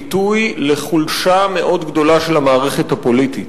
ביטוי לחולשה מאוד גדולה של המערכת הפוליטית.